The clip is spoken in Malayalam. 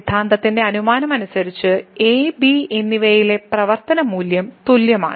സിദ്ധാന്തത്തിന്റെ അനുമാനങ്ങൾ അനുസരിച്ച് a b എന്നിവയിലെ പ്രവർത്തന മൂല്യം തുല്യമാണ്